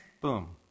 Boom